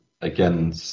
again